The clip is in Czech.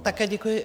Také děkuji.